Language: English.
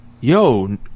yo